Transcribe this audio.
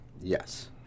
Yes